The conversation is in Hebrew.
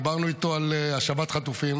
דיברנו איתו על השבת חטופים,